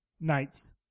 knights